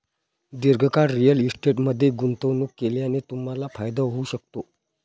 दीर्घकाळ रिअल इस्टेटमध्ये गुंतवणूक केल्याने तुम्हाला फायदा होऊ शकतो